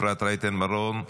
אפרת רייטן מרום,